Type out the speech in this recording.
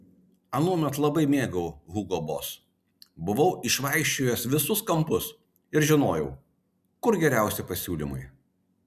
anuomet labai mėgau hugo boss buvau išvaikščiojęs visus kampus ir žinojau kur geriausi pasiūlymai